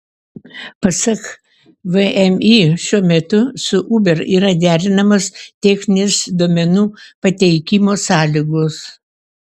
pasak vmi šiuo metu su uber yra derinamos techninės duomenų pateikimo sąlygos